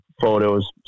photos